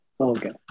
Okay